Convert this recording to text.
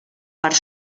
part